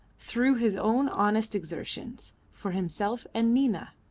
through his own honest exertions, for himself and nina.